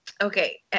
Okay